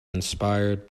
inspired